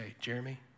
Jeremy